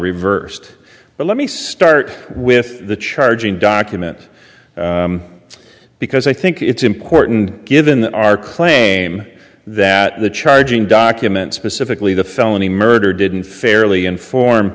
reversed but let me start with the charging document because i think it's important given our claim that the charging document specifically the felony murder didn't fairly inform